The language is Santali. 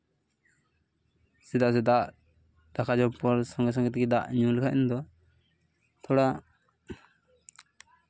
ᱪᱮᱫᱟᱜ ᱥᱮ ᱫᱟᱜ ᱫᱟᱠᱟ ᱡᱚᱢ ᱯᱚᱨ ᱥᱚᱝᱜᱮ ᱥᱚᱝᱜᱮ ᱛᱮᱜᱮ ᱫᱟᱜ ᱧᱩ ᱞᱮᱠᱷᱟᱱ ᱫᱚ ᱛᱷᱚᱲᱟ